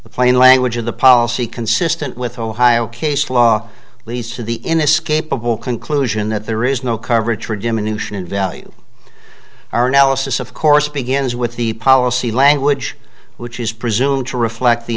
the plain language of the policy consistent with ohio case law leads to the inescapable conclusion that there is no coverage for diminution in value our analysis of course begins with the policy language which is presumed to reflect the